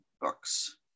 books